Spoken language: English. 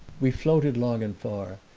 we floated long and far,